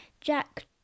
Jack